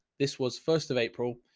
this was first of april.